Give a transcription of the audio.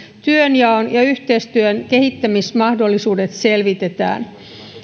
työnjaon ja yhteistyön kehittämismahdollisuudet selvitetään